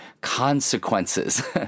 consequences